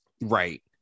right